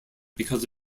because